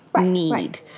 Need